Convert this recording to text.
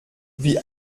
wie